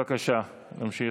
בבקשה להמשיך.